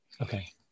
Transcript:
Okay